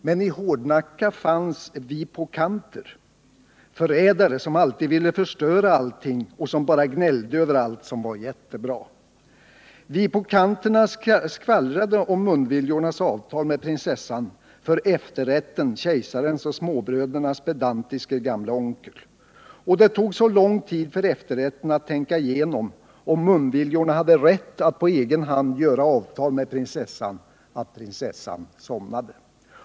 Men i Hårdnacka fanns ViPåKanter — förrädare som alltid ville förstöra allting och som bara gnällde över allt som var jättebra. ViPåKanterna skvallrade om Munviljornas avtal med Prinsessan för Efterrätten, Kejsarens och småbrödernas pedantiske gamle onkel. Och det tog så lång tid för Efterrätten att tänka igenom, om Munviljorna hade rätt att på egen hand göra avtal med Prinsessan, att Prinsessan somnade.